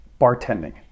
bartending